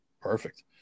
Perfect